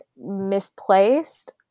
misplaced